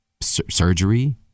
Surgery